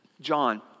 John